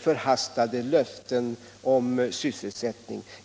förhastade löften om sysselsättning.